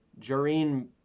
Jareen